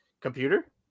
Computer